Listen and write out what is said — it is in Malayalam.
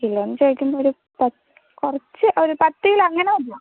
കിലോന്ന് ചോദിക്കുമ്പോൾ ഒരു പത്ത് കുറച്ച് ഒരു പത്ത് കിലോ അങ്ങനെ മതിയാവും